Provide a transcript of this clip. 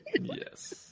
Yes